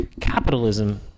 Capitalism